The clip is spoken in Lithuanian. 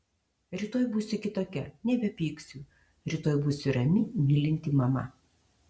rytoj būsiu kitokia nebepyksiu rytoj būsiu rami mylinti mama